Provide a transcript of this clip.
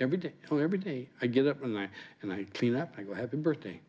every day and every day i get up and i and i clean up and i have a birthday